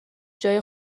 جای